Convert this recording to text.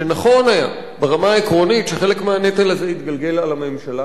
שנכון היה ברמה העקרונית שחלק מהנטל הזה יתגלגל על הממשלה.